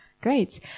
Great